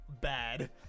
bad